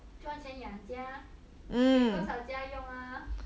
赚钱养家你给多少家用啊